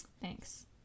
Thanks